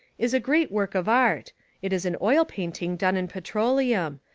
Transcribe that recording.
is a great work of art it is an oil painting done in petroleum.